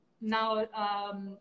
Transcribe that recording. now